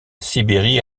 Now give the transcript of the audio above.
sibérie